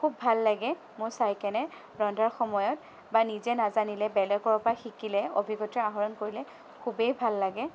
খুব ভাল লাগে মোৰ চাইকেনে ৰন্ধাৰ সময়ত বা নিজে নাজানিলে বেলেগৰ পৰা শিকিলে অভিজ্ঞতা আহৰণ কৰিলে খুবেই ভাল লাগে